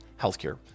Healthcare